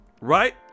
right